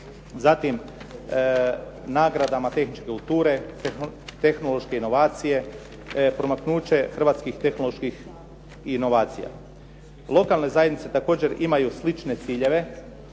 zatim nagradama tehničke kulture, tehnološke inovacije, promaknuće hrvatskih tehnoloških inovacija. Lokalne zajednice također imaju slične ciljeve